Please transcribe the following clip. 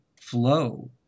flow